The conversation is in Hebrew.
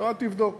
המשטרה תבדוק.